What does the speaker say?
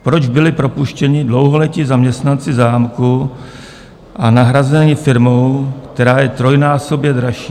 Proč byli propuštěni dlouholetí zaměstnanci zámku a nahrazeni firmou, která je trojnásobně dražší?